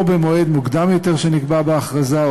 או במועד מוקדם יותר שנקבע בהכרזה,